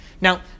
Now